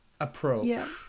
approach